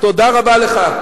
תודה רבה לך.